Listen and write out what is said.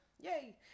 Yay